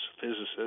Physicists